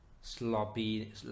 sloppy